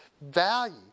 value